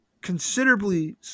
considerably